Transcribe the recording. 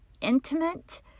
intimate